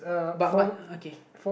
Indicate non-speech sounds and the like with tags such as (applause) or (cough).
but my okay (breath)